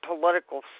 political